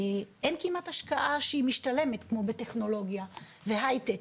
אין כמעט השקעה שהיא משתלמת כמו שטכנולוגיה והייטק.